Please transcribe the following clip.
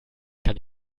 kann